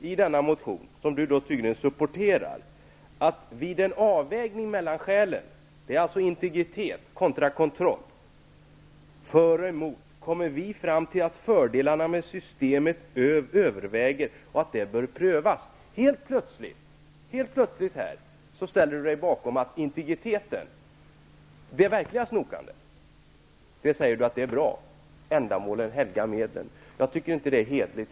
I den motion som Richard Ulfvengren tydligen supporterar står det uttryckligen: Vid en avvägning mellan skälen -- alltså integritet kontra kontroll, för och emot -- kommer vi fram till att fördelarna med systemet överväger och att det bör prövas. Helt plötsligt säger Richard Ulfvengren att det verkliga snokandet är bra, att ändamålen helgar medlen. Jag tycker inte att det är hederligt.